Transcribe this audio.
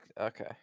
okay